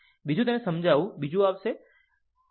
બીજો એક તેને સમજાવું બીજો આવશે બરાબર